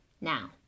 Now